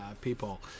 people